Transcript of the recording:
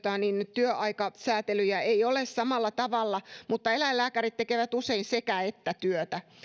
työaikasäätelyjä ei ole samalla tavalla eläinlääkärit tekevät usein sekä että työtä